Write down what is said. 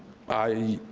i,